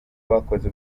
bakoze